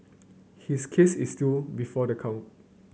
his case is still before the court